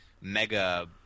mega